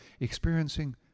experiencing